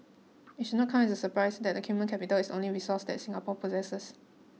it should not come as a surprise that the human capital is only resource that Singapore possesses